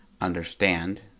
understand